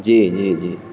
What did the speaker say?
جی جی جی